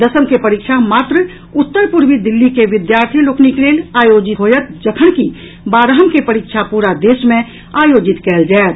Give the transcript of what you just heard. दसम के परीक्षा मात्र उत्तर पूर्वी दिल्ली के विद्यार्थी लोकनिक लेल आयोजित होयत जखनकि बारहम के परीक्षा पूरा देश मे आयोजित कयल जायत